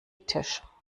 tisch